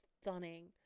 stunning